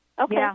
Okay